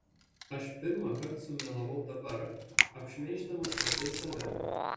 aš pirmąkart sumelavau dabar apšmeiždamas patsai save